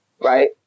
right